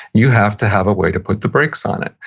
you have to have a way to put the brakes on it,